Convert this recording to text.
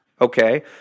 okay